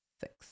six